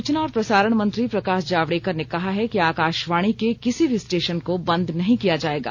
सूचना और प्रसारण मंत्री प्रकाश जावड़ेकर ने कहा है कि आकाशवाणी के किसी भी स्टेशन को बंद नहीं किया जाएगा